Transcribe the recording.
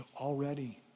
already